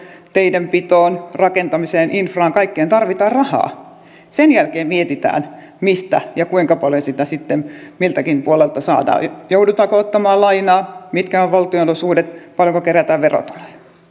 teidenpitoon rakentamiseen infraan kaikkeen tarvitaan rahaa sen jälkeen mietitään mistä ja kuinka paljon sitä sitten miltäkin puolelta saadaan joudutaanko ottamaan lainaa mitkä ovat valtionosuudet paljonko kerätään verotuloja